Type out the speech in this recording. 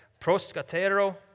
proscatero